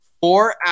four